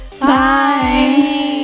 Bye